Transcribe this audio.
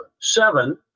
seven